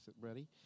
ready